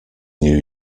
new